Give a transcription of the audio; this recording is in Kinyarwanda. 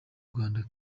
rwanda